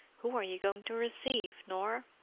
who are you going to receive, nor?